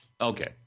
Okay